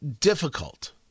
difficult